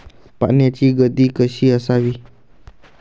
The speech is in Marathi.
पाण्याची गती कशी असावी?